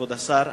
כבוד השר,